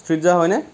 ষ্ট্ৰিটজা হয়নে